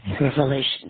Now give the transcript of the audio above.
Revelation